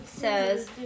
says